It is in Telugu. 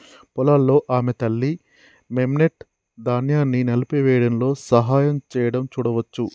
పొలాల్లో ఆమె తల్లి, మెమ్నెట్, ధాన్యాన్ని నలిపివేయడంలో సహాయం చేయడం చూడవచ్చు